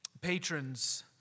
Patrons